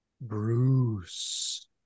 Bruce